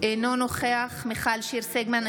אינו נוכח מיכל שיר סגמן,